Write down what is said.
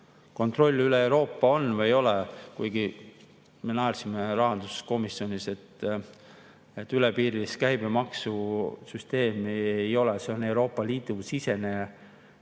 kontroll üle Euroopa on või ei ole, kuigi me naersime rahanduskomisjonis, et [piiriülest] käibemaksusüsteemi ei ole, see on Euroopa Liidu sisene